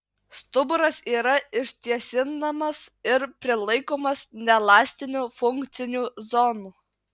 stuburas yra ištiesinamas ir prilaikomas neelastinių funkcinių zonų